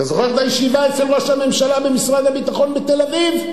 אתה זוכר את הישיבה אצל ראש הממשלה במשרד הביטחון בתל-אביב?